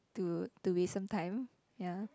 to to waste some time ya